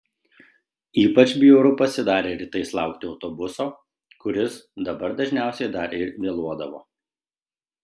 ypač bjauru pasidarė rytais laukti autobuso kuris dabar dažniausiai dar ir vėluodavo